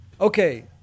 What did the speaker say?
Okay